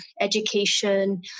education